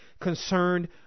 concerned